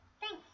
Thanks